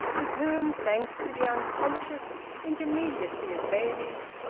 with whom, thanks to the unconscious intermediacy of babies,